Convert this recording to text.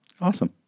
Awesome